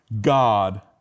God